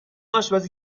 آشپزی